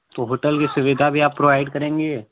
तो होटल की सुविधा भी आप प्रोवाइड करेंगे